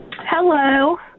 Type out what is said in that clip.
Hello